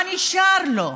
מה נשאר לו?